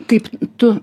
kaip tu